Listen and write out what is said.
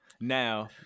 now